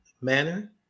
manner